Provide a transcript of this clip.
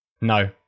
no